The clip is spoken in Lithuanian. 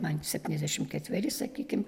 man septyniasdešim ketveri sakykim